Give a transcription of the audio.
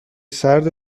سرد